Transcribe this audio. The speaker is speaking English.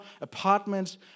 apartments